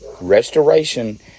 restoration